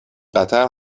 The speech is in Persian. قطر